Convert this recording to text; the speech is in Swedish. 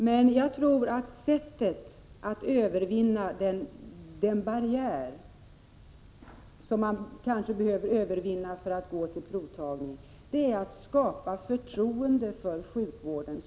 Men jag tror att rätta sättet att övervinna den barriär som man kanske behöver komma över för att gå till provtagning är att skapa förtroende för sjukvården.